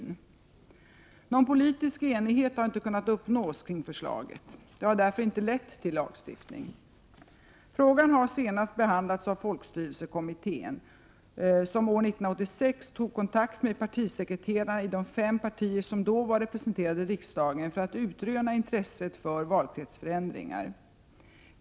Någon politisk enighet har inte kunnat uppnås kring förslaget. Det har därför inte lett till lagstiftning. Frågan har senast behandlats av folkstyrelsekommittén, som år 1986 tog kontakt med partisekreterarna i de fem partier som då var representerade i riksdagen för att utröna intresset för valkretsförändringar.